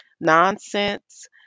Nonsense